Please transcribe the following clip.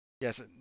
Yes